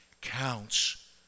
counts